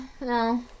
No